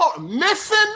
Missing